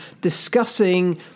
discussing